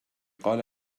قال